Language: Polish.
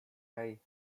hej